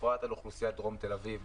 בפרט על אוכלוסיית דרום תל אביב.